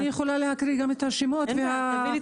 אני יכולה להקריא גם את השמות והדפים.